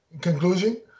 conclusion